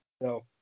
no